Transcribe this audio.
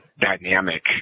dynamic